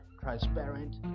Transparent